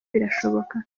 birashoboka